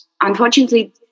Unfortunately